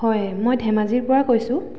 হয় মই ধেমাজিৰ পৰা কৈছোঁ